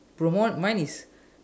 promote mine is